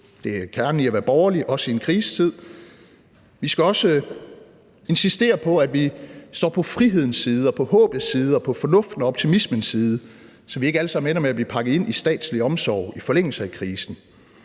Det er jo kernen i at være borgerlig, også i en krisetid. Vi skal også insistere på, at vi står på frihedens side og på håbets, fornuftens og optimismens side, så vi ikke alle sammen ender med at blive pakket ind i statslig omsorg i forlængelse af krisen.